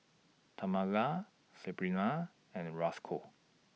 Tamala Sebrina and Rosco